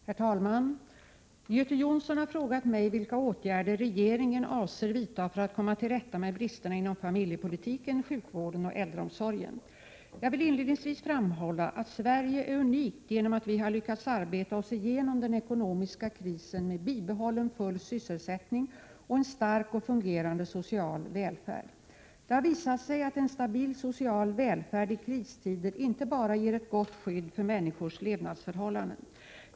Herr talman! Göte Jonsson har frågat mig vilka åtgärder regeringen avser vidta för att komma till rätta med bristerna inom familjepolitiken, sjukvården och äldreomsorgen. Jag vill inledningsvis framhålla att Sverige är unikt genom att vi har lyckats arbeta oss igenom den ekonomiska krisen med bibehållen full sysselsättning och en stark och fungerande social välfärd. Det har visat sig att en stabil social välfärd i kristider inte bara ger ett gott skydd för människors levnadsförhållanden.